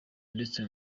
ndetse